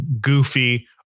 goofy